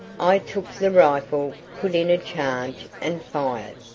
i took the rifle, put in a charge, and fired.